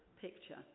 picture